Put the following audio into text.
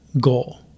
goal